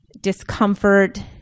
Discomfort